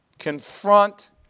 confront